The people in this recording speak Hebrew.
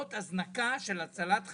זאת הזנקה של הצלת חיים.